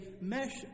mesh